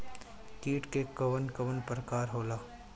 कीट के कवन कवन प्रकार होला?